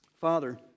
Father